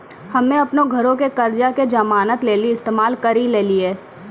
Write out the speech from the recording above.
हम्मे अपनो घरो के कर्जा के जमानत लेली इस्तेमाल करि लेलियै